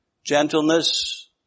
gentleness